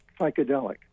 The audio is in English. psychedelic